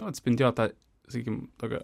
nu atspindėjo tą sakykim tokią